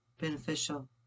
beneficial